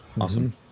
Awesome